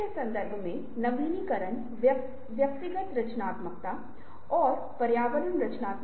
तो यह एक ऐसी चीज है जिसे हमें ध्यान में रखना होगा